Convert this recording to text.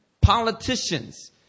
politicians